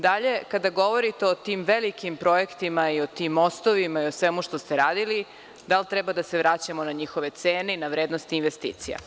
Dalje, kada govorite o tim velikim projektima, o tim mostovima i o svemu što ste radili, da li treba da se vraćamo na njihove cene i na vrednosti investicija?